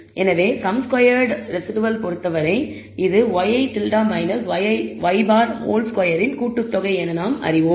எனவே sum squared residual பொறுத்தவரை இது ŷi y̅2 இன் கூட்டுத்தொகை என நாம் அறிவோம்